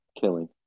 killing